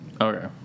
Okay